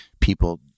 people